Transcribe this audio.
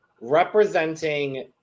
Representing